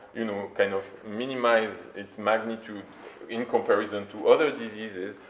you know, kind of minimize its magnitude in comparison to other diseases,